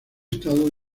estado